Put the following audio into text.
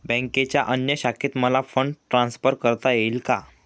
बँकेच्या अन्य शाखेत मला फंड ट्रान्सफर करता येईल का?